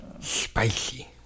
Spicy